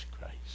Christ